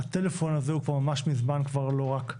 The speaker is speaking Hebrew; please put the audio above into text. הטלפון הזה הוא כבר ממש מזמן לא רק טלפון.